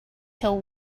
till